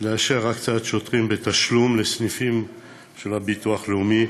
לאשר הקצאת שוטרים בתשלום לסניפים של הביטוח הלאומי,